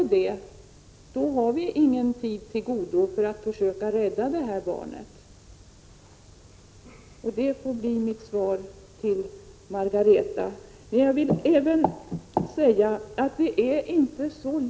Om hjärtat slutar slå, finns det ingen tid till godo när det gäller att rädda barnet. Detta får bli mitt svar till Margareta Persson.